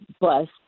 bus